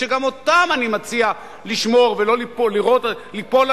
שגם אותם אני מציע לשמור ולא ליפול עליהם